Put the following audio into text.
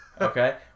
Okay